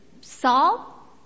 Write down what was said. Saul